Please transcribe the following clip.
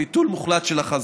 ביטול מוחלט של החזקה.